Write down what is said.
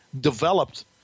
developed